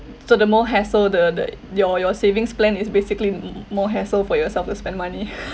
so the more hassle the the your your savings plan is basically m~ more hassle for yourself to spend money